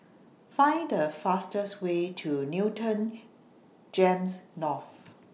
Find The fastest Way to Newton Gems North